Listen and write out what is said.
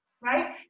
Right